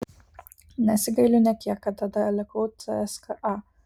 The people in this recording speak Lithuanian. nesigailiu nė kiek kad tada likau cska